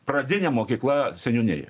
pradinė mokykla seniūnijoj